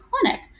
clinic